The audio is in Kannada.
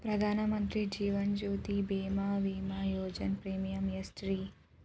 ಪ್ರಧಾನ ಮಂತ್ರಿ ಜೇವನ ಜ್ಯೋತಿ ಭೇಮಾ, ವಿಮಾ ಯೋಜನೆ ಪ್ರೇಮಿಯಂ ಎಷ್ಟ್ರಿ?